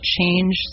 change